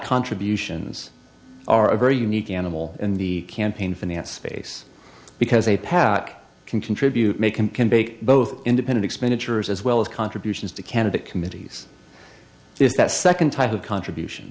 contributions are a very unique animal in the campaign finance face because they pat can contribute make and can bake both independent expenditures as well as contributions to candidate committees is that second type of contribution